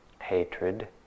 hatred